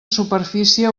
superfície